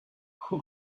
who